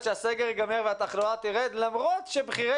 שהסגר יגמר והתחלואה תרד למרות שבכירי